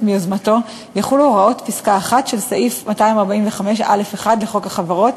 מיוזמתו יחולו הוראות פסקה (1) של סעיף 245(א1) לחוק החברות,